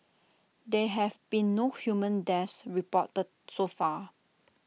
there have been no human deaths reported so far